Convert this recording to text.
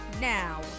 Now